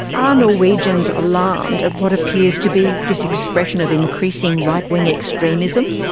are norwegians alarmed at what appears to be this expression of increasing right-wing extremism?